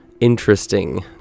interesting